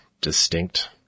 distinct